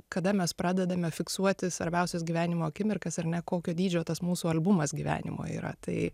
kada mes pradedame fiksuoti svarbiausias gyvenimo akimirkas ar ne kokio dydžio tas mūsų albumas gyvenimo yra tai